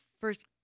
first